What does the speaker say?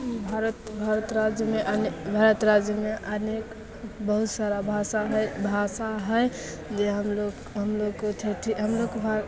भारत भारत राज्यमे अनेक भारत राज्यमे अनेक बहुत सारा भाषा हइ भाषा हइ जे हमलोक हमलोकके ठेठी हमलोक भा